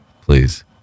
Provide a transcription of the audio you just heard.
please